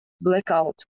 blackout